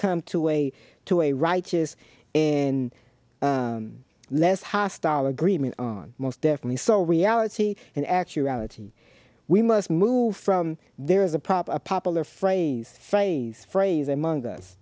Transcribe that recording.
come to a to a righteous and less hostile agreement on most definitely so reality and actuality we must move from there is a prop a popular phrase phrase phrase among